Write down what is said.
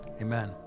Amen